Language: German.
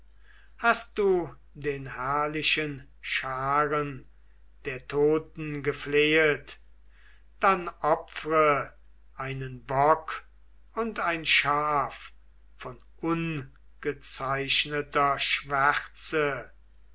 hast du den herrlichen scharen der toten geflehet dann opfre einen bock und ein schaf von ungezeichneter schwärze